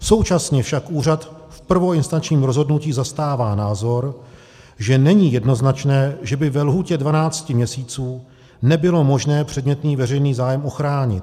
Současně však úřad v prvoinstančním rozhodnutí zastává názor, že není jednoznačné, že by ve lhůtě dvanácti měsíců nebylo možné předmětný veřejný zájem ochránit.